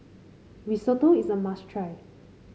risotto is a must try